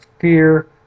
fear